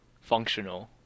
functional